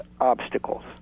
obstacles